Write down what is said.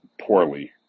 poorly